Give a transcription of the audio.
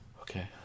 Okay